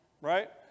right